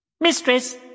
Mistress